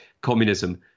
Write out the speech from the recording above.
communism